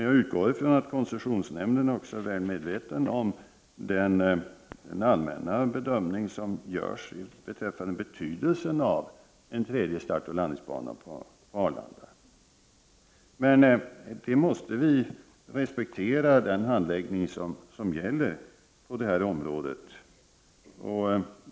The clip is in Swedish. Jag utgår från att koncessionsnämnden är medveten om den allmänna bedömning som görs beträffande betydelsen av en tredje startoch landningsbana på Arlanda. Vi måste emellertid respektera den handläggningsordning som gäller på detta område.